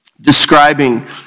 describing